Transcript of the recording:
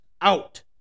out